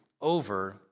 over